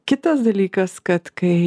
kitas dalykas kad kai